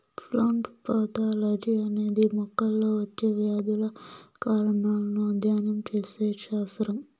plant pathology అనేది మొక్కల్లో వచ్చే వ్యాధుల కారణాలను అధ్యయనం చేసే శాస్త్రం